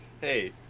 hey